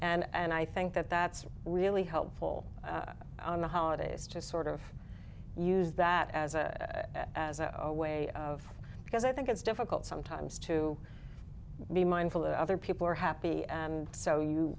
people and i think that that's really helpful on the holidays to sort of use that as a as a way of because i think it's difficult sometimes to be mindful that other people are happy and so you